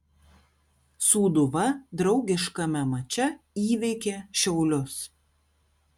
sūduva draugiškame mače įveikė šiaulius